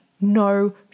no